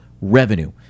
revenue